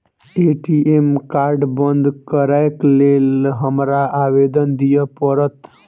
ATM card बंद करैक लेल हमरा आवेदन दिय पड़त?